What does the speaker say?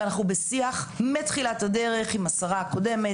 ואנחנו בשיח מתחילת הדרך עם השרה הקודמת,